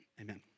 amen